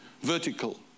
vertical